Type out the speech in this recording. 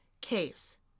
case